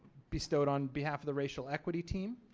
bestowed on behalf of the racial equity team.